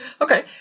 Okay